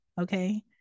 Okay